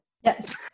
Yes